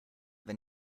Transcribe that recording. wenn